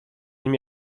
nim